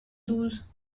douze